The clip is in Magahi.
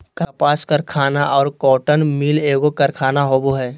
कपास कारखाना और कॉटन मिल एगो कारखाना होबो हइ